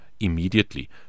Immediately